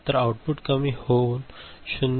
तर हे आउटपुट कमी होऊन 0